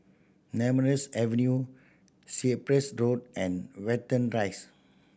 Nemesu Avenue Cyprus Road and Watten Rise